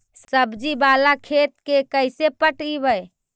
सब्जी बाला खेत के कैसे पटइबै?